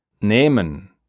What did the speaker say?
nehmen